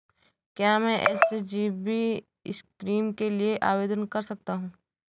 क्या मैं SGB scheme के लिए आवेदन कर सकता हूँ?